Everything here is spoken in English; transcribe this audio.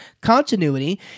continuity